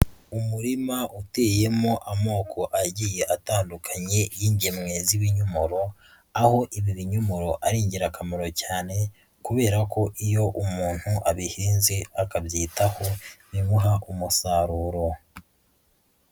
Umurima uteyemo amoko agiye atandukanye y'ingemwe z'ibinyomoro, aho ibi binyomoro ari ingirakamaro cyane kubera ko iyo umuntu abihinze akabyitaho, bimuha umusaruro.